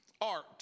art